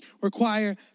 require